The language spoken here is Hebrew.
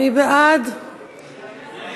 מי בעד החוק?